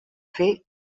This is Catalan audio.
fer